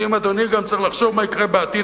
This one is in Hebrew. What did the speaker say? ואם אדוני גם צריך לחשוב מה יקרה בעתיד,